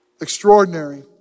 Extraordinary